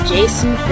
Jason